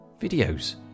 videos